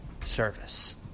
service